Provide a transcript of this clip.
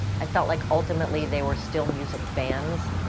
i felt like ultimately they were still music fans.